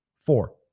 four